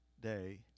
day